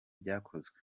byakozwe